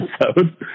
episode